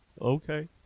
Okay